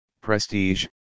prestige